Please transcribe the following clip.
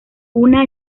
una